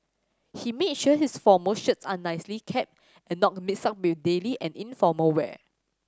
he made sure his formal shirts are nicely kept and not mixed up with daily and informal wear